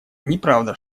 неправда